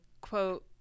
quote